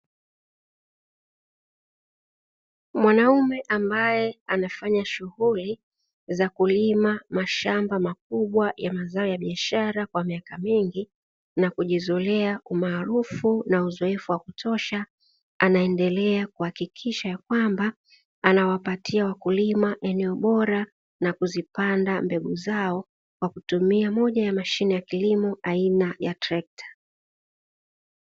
Mwanaume ambae anafanya shughuli za kulima mashamba makubwa ya mazao ya biashara kwa miaka mingi, na kujizolea umaarufu na uzoefu wa kutosha, anaendelea kuhakikisha ya kwamba anawapatia wakulima eneo bora na na kuzipanda mbegu zao, kwa kutumia moja ya mashine ya kilimo aina ya trekta.